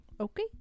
Okay